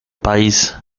país